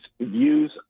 views